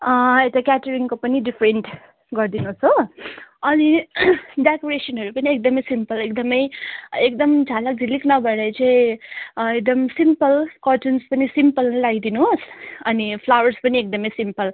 यता क्याटेरिङको पनि डिफेन्ट गरिदिनुहोस हो अनि डेकोरेसनहरू पनि एकदमै सिम्पल एकदमै एकदम झालकझिलिक नभएर चाहिँ एकदम सिम्पल कर्टन्स पनि सिम्पल नै लाइदिनुहोस् अनि फ्लावर्स पनि एकदमै सिम्पल